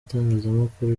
itangazamakuru